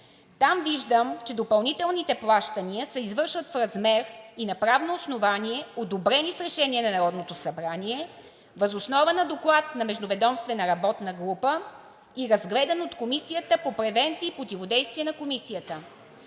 Там виждам, че допълнителните плащания се извършват в размер и на правно основание, одобрени с решение на Народното събрание, въз основа на доклад на междуведомствена работна група и разгледан от Комисията по превенция и противодействие на корупцията.